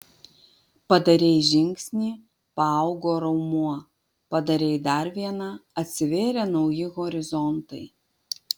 padarei žingsnį paaugo raumuo padarei dar vieną atsivėrė nauji horizontai